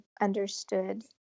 understood